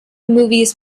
movies